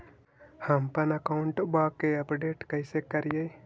हमपन अकाउंट वा के अपडेट कैसै करिअई?